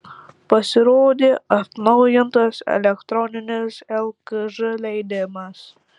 pasirodė atnaujintas elektroninis lkž leidimas